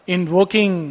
Invoking